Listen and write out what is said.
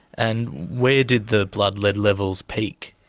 and where did the blood lead levels peak?